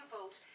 vote